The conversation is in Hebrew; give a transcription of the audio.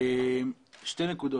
שתי נקודות.